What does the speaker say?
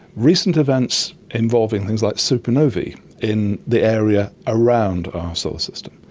recent events involving things like supernovae in the area around our solar system.